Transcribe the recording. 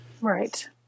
Right